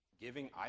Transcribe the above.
giving